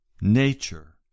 nature